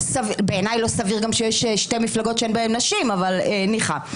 בעיניי לא סביר גם שיש שתי מפלגות שאין בהן נשים אבל ניחא,